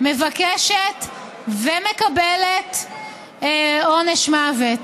מבקשת ומקבלת עונש מוות.